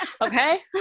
Okay